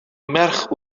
merch